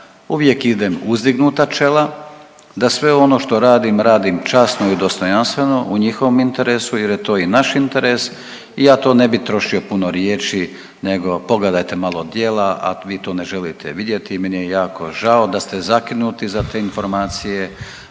uvijek idem uzdignuta čela, da sve ono što radim radim časno i dostojanstveno u njihovom interesu jer je to i naš interes i ja tu ne bi trošio puno riječi nego pogledajte malo djela, a vi to ne želite vidjeti, meni je jako žao da ste zakinuti za te informacije,